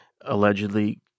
allegedly